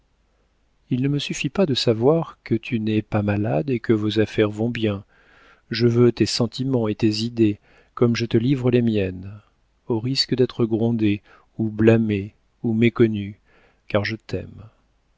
il ne me suffit pas de savoir que tu n'es pas malade et que vos affaires vont bien je veux tes sentiments et tes idées comme je te livre les miennes au risque d'être grondée ou blâmée ou méconnue car je t'aime